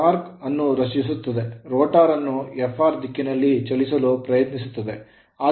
Torque torque ಅನ್ನು ರಚಿಸುತ್ತದೆ rotor ಅನ್ನು Fr ದಿಕ್ಕಿನಲ್ಲಿ ಚಲಿಸಲು ಪ್ರಯತ್ನಿಸುತ್ತದೆ